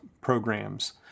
programs